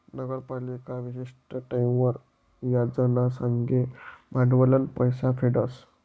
नगरपालिका विशिष्ट टाईमवर याज ना संगे भांडवलनं पैसा फेडस